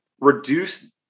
reduce